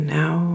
now